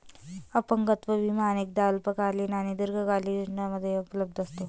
अपंगत्व विमा अनेकदा अल्पकालीन आणि दीर्घकालीन योजनांमध्ये उपलब्ध असतो